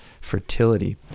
fertility